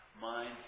Mind